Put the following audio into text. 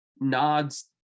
nods